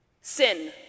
Sin